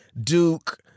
Duke